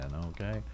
okay